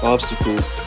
Obstacles